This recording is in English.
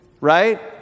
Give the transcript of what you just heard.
right